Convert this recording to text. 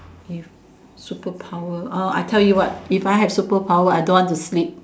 if superpower orh I tell you what if I have superpower I don't want to sleep